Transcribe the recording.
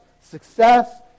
success